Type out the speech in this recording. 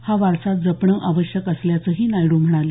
हा वारसा जपणं आवश्यक असल्याचंही नायडू म्हणाले